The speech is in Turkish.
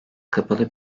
kapalı